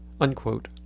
unquote